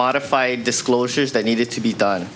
modified disclosures that needed to be done